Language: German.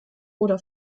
oder